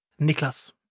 Niklas